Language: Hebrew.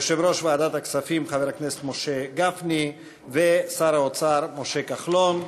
יושב-ראש ועדת הכספים חבר הכנסת משה גפני ושר האוצר משה כחלון.